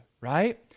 right